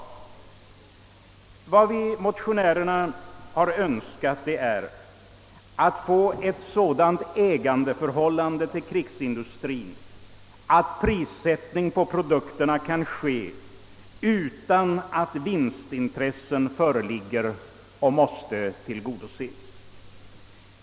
Vad vi motionärer har önskat är att få till stånd ett sådant ägandeförhållande till krigsmaterielindustrien att pris sättningen av produkterna kan ske utan att vinstintressen föreligger och måste tillgodoses.